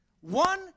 One